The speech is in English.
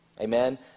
amen